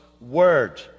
Word